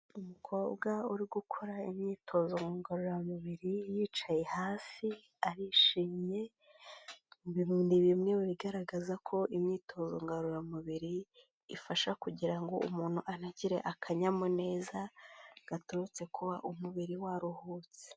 Umukobwa uri gukora imyitozo ngororamubiri yicaye hasi arishimye, ni bimwe mu bigaragaza ko imyitozo ngororamubiri ifasha kugira ngo umuntu ananagire akanyamuneza gaturutse kuba umubiri waruhutse.